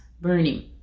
burning